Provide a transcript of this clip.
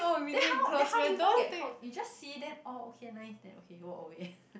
then how then how did you even get close you just see them orh okay nice then okay you walk away